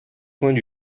points